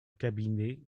cabinet